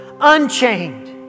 unchained